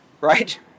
right